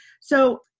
So-